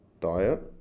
diet